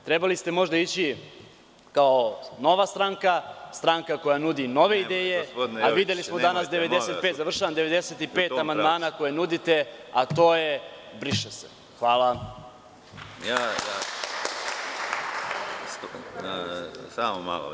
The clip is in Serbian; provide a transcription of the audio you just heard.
Trebali ste možda ići kao nova stranka, stranka koja nudi nove ideje, a videli smo danas 95 amandmana koje nudite, a to je – briše se.